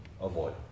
Avoid